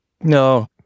no